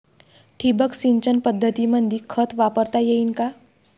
ठिबक सिंचन पद्धतीमंदी खत वापरता येईन का?